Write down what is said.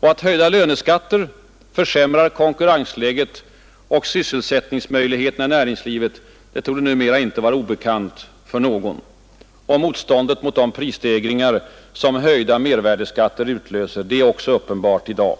Att höjda löneskatter försämrar konkurrensläget och sysselsättningsmöjligheterna i näringslivet torde numera inte vara obekant för någon. Motståndet mot de prisstegringar som höjda mervärdeskatter utlöser är också uppenbart i dag.